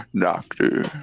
Doctor